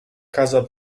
casa